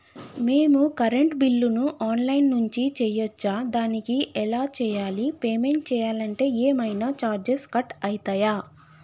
మేము కరెంటు బిల్లును online నుంచి చేయచ్చా? దానికి ఎలా చేయాలి? పేమెంట్ చేయాలంటే ఏమైనా చార్జెస్ కట్ అయితయా?